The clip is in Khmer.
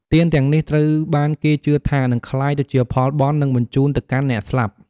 ទានទាំងនេះត្រូវបានគេជឿថានឹងក្លាយទៅជាផលបុណ្យ និងបញ្ជូនទៅកាន់អ្នកស្លាប់។